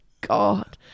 God